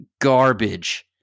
garbage